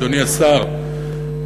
אדוני השר,